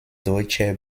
deutscher